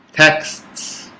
texts